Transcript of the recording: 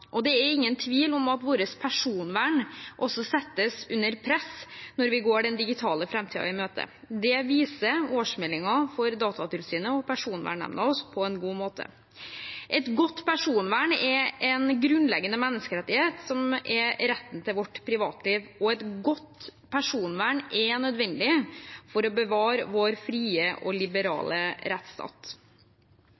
og det er ingen tvil om at personvernet vårt også settes under press når vi går den digitale framtiden i møte. Det viser årsmeldingen fra Datatilsynet og Personvernnemnda oss på en god måte. Et godt personvern er en grunnleggende menneskerettighet som er retten til vårt privatliv, og et godt personvern er nødvendig for å bevare vår frie og